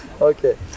Okay